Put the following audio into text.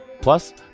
Plus